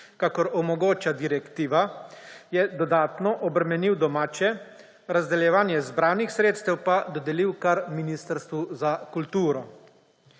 kakor omogoča direktiva, je dodatno obremenil domače, razdeljevanje zbranih sredstev pa dodelil kar Ministrstvu za kulturo.